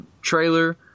trailer